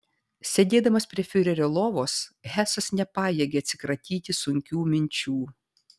sėdėdamas prie fiurerio lovos hesas nepajėgė atsikratyti sunkių minčių